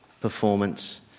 performance